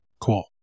Cool